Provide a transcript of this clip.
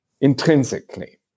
intrinsically